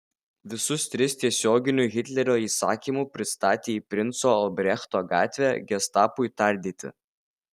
visus tris tiesioginiu hitlerio įsakymu pristatė į princo albrechto gatvę gestapui tardyti